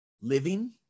Living